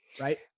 right